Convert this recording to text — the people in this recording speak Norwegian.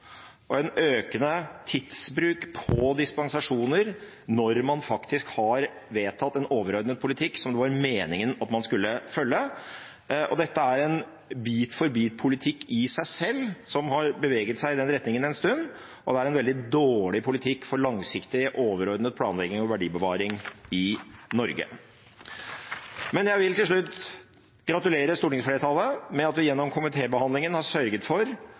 og en økende tidsbruk når det gjelder dispensasjoner, når man faktisk har vedtatt en overordnet politikk som det var meningen at man skulle følge. Dette er i seg selv en bit-for-bit-politikk som har beveget seg i den retningen en stund, og det er en veldig dårlig politikk for langsiktig overordnet planlegging og verdibevaring i Norge. Jeg vil til slutt gratulere stortingsflertallet med at vi gjennom komitébehandlingen har sørget for